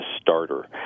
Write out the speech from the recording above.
starter